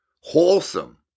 wholesome